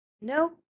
no